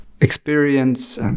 experience